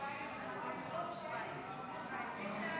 בוועדת הכלכלה לצורך הכנתה לקריאה השנייה